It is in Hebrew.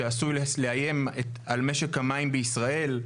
שעשוי לאיים על משק המים בישראל.